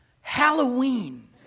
Halloween